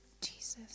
Jesus